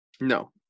no